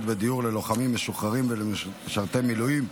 בדיור ללוחמים משוחררים ולמשרתי מילואים,